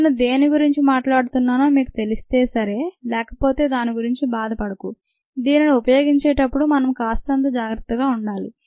నేను దేని గురించి మాట్లాడుతున్నానో మీకు తెలిస్తే సరే తెలియక పోతే దాని గురించి బాధపడకు దీనిని ఉపయోగించేటప్పుడు మనం కాస్తంత జాగ్రత్తగా ఉండాలి